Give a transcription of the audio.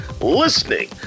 listening